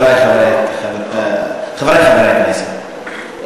חברי חברי הכנסת,